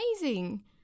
Amazing